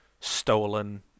stolen